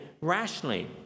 rationally